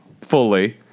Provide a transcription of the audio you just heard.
fully